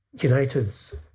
United's